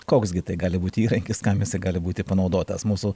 koks gi tai gali būti įrankis kam jisai gali būti panaudotas mūsų